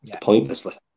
Pointlessly